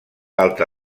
alta